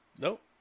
Nope